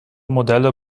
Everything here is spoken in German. modelle